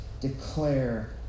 declare